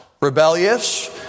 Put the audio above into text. rebellious